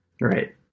right